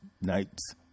nights